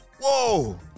Whoa